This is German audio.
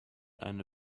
eine